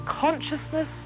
consciousness